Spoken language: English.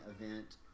event